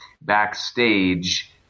backstage